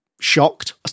shocked